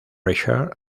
richard